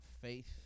faith